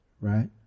Right